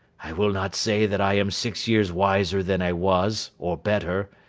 i will not say that i am six years wiser than i was, or better.